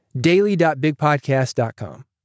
Daily.bigpodcast.com